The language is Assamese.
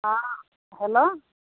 অ' হেল্ল'